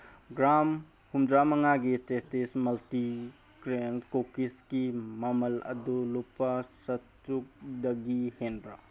gram ꯍꯨꯝꯐꯨꯇꯔꯥꯃꯉꯥꯒꯤ Tasties multigrain ꯀꯨꯀꯤꯁꯒꯤ ꯃꯃꯜ ꯑꯗꯨ ꯂꯨꯄꯥ ꯆꯥꯇꯔꯨꯛꯗꯒꯤ ꯍꯦꯟꯕ꯭ꯔꯥ